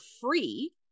free